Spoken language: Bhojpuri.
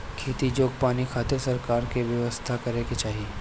खेती जोग पानी खातिर सरकार के व्यवस्था करे के चाही